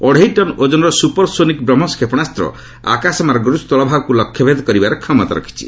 ଅଡେଇ tonne ଓଜନର supersonic BrahMos କ୍ଷେପଣାସ୍ତ ଆକାଶମାର୍ଗରୁ ସ୍ଥଳଭାଗକୁ ଲକ୍ଷ୍ୟ ଭେଦ କରିବାର କ୍ଷମତା ରଖିଛି